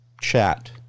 chat